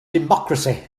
democracy